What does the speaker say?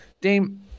Dame